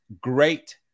great